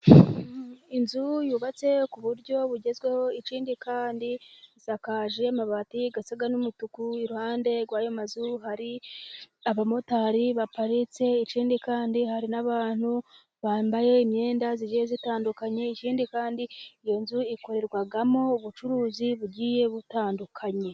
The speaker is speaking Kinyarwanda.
Inzu yubatse ku buryo bugezweho ikindi kandi isakaje amabati asa n'umutuku, iruhande rw'ayo mazu hari abamotari baparitse ikindi kandi hari n'abantu bambaye imyenda igiye itandukanye, ikindi kandi iyo nzu ikorerwamo ubucuruzi bugiye butandukanye.